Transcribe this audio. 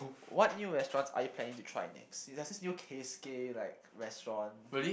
what new restaurants are you planning to try next there's this new Keisuke like restaurant